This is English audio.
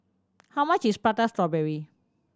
how much is Prata Strawberry